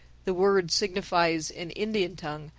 the word signifies in indian tongue,